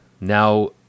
now